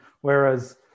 Whereas